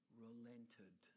relented